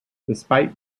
despite